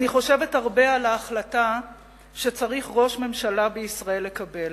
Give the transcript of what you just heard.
אני חושבת הרבה על ההחלטה שצריך ראש ממשלה בישראל לקבל.